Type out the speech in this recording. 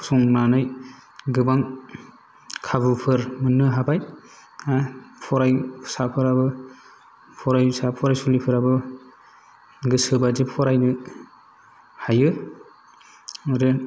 फसंनानै गोबां खाबुफोर मोननो हाबाय फरायसोफोराबो फरायसा फरायसुलिफोराबो गोसोबायदि फरायनो हायो आरो